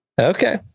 Okay